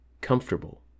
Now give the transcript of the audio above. comfortable